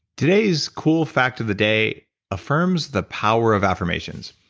today's cool fact of the day affirms the power of affirmations.